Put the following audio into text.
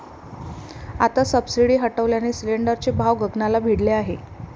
आता सबसिडी हटवल्याने सिलिंडरचे भाव गगनाला भिडले आहेत